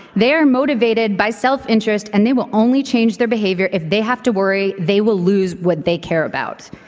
they are motivated by self-interest and they will only change their behavior if they have to worry they will lose what they care about.